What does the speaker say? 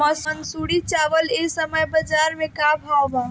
मंसूरी चावल एह समय बजार में का भाव बा?